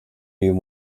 you